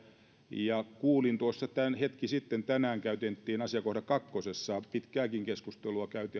kuulin tuossa hetki sitten tänään asiakohdassa kahteen käytiin pitkääkin keskustelua